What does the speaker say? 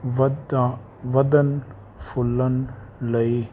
ਵੱਧਾ ਵਧਣ ਫੁੱਲਣ ਲਈ